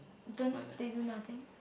don't they do nothing